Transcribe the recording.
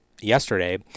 Yesterday